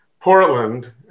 Portland